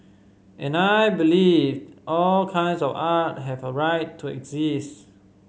and I believe all kinds of art have a right to exist